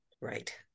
Right